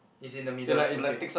it's in the middle okay